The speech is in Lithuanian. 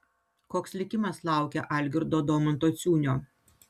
koks likimas laukia algirdo domanto ciūnio